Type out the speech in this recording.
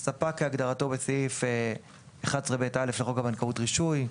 "ספק" כהגדרתו בסעיף 11ב(א) לחוק הבנקאות (רישוי);